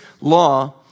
law